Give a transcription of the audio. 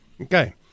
Okay